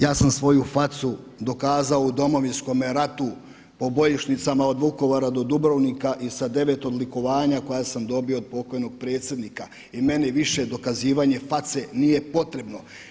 Ja sam svoju facu dokazao u Domovinskome ratu po bojišnicama od Vukovara do Dubrovnika i sa 9 odlikovanja koja sam dobio od pokojnog predsjednika i meni više dokazivanje face nije potrebno.